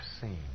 seen